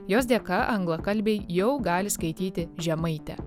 jos dėka anglakalbiai jau gali skaityti žemaitę